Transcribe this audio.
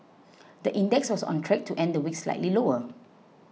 the index was on track to end the week slightly lower